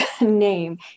name